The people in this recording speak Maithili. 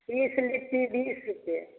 बीस लिट्टी बीस रुपे